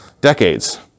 decades